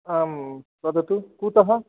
आं वदतु कुतः